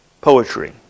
poetry